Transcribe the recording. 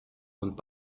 und